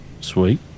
Sweet